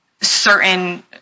certain